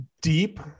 deep